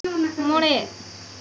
ᱢᱚᱬᱮ